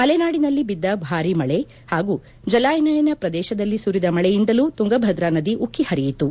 ಮಲೆನಾಡಿನಲ್ಲಿ ಬಿದ್ದ ಭಾರಿ ಮಳೆ ಜಲಾನಯನ ಪ್ರದೇಶದಲ್ಲಿ ಸುರಿದ ಮಳೆಯಿಂದಲೂ ತುಂಗಭದ್ರ ನದಿ ಉಕ್ಕಿ ಹರಿಯಿತು